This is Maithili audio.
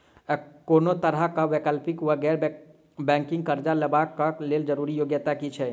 कोनो तरह कऽ वैकल्पिक वा गैर बैंकिंग कर्जा लेबऽ कऽ लेल जरूरी योग्यता की छई?